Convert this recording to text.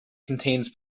contains